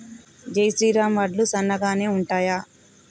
జై శ్రీరామ్ వడ్లు సన్నగనె ఉంటయా?